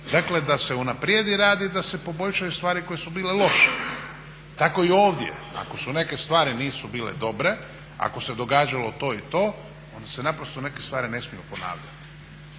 EU da se unaprijedi rad i da se poboljšaju stvari koje su bile loše. Tako i ovdje, ako neke stvari nisu bile dobre, ako se događalo to i to onda neke stvari se ne smiju ponavljati.